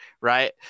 right